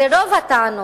הרי רוב הטענות